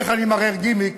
איך אני מראה גימיק,